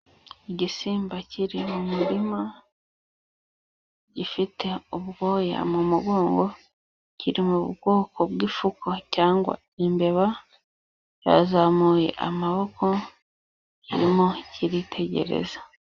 Igisimba kiri mu murima, gifite ubwoya mu mugongo, kiri mu bwoko bw'ifuku cyangwa imbeba, cyazamuye amaboko, kirimo kiritegereza.